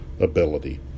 ability